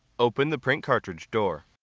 open the print cartridge door.